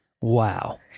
Wow